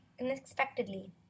unexpectedly